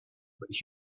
but